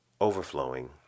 overflowing